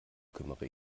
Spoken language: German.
kümmere